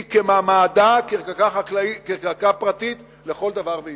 מעמדה כקרקע פרטית לכל דבר ועניין,